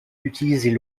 utilisées